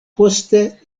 poste